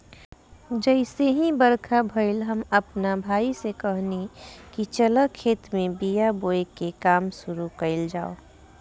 जइसे ही बरखा भईल, हम आपना भाई से कहनी की चल खेत में बिया बोवे के काम शुरू कईल जाव